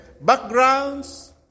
backgrounds